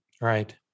Right